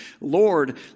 Lord